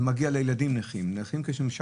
אם זה ילדים נכים או נכים קשים,